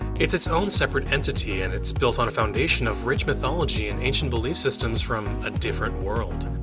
it's its own separate entity, and it's built on a foundation of rich mythology and ancient belief systems from a different world.